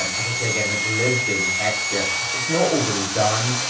um as i say again, like lived in texture. it's not overly done.